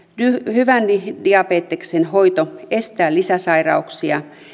hyvä diabeteksen hoito estää lisäsairauksia